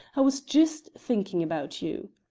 i was just thinking about you.